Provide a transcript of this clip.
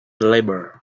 labor